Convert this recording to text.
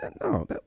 No